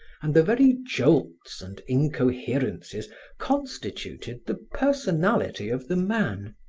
and the very jolts and incoherencies constituted the personality of the man.